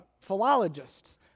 philologists